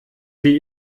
sie